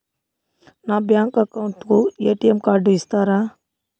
నా bank account కు ATM card ఇస్తారా